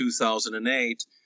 2008